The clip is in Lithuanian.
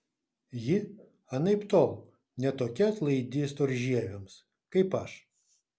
ji anaiptol ne tokia atlaidi storžieviams kaip aš